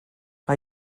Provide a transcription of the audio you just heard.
mae